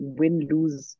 win-lose